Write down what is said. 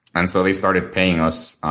and so they started paying us.